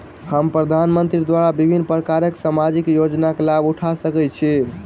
हम प्रधानमंत्री द्वारा विभिन्न प्रकारक सामाजिक योजनाक लाभ उठा सकै छी?